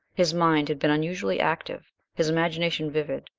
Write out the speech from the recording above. his mind had been unusually active, his imagination vivid,